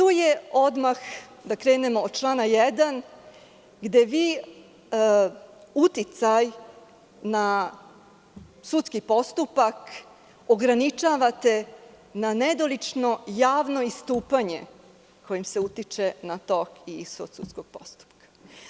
Odmah da krenemo od člana 1, gde vi uticaj na sudski postupak ograničavate na nedolično javno istupanje kojim se utiče na tok i ishod sudskog postupka.